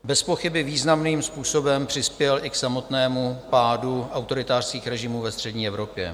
Bezpochyby významným způsobem přispěl i k samotnému pádu autoritářských režimů ve střední Evropě.